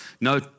no